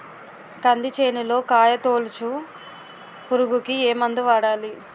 కంది చేనులో కాయతోలుచు పురుగుకి ఏ మందు వాడాలి?